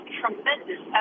tremendous